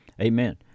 Amen